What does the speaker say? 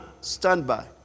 Standby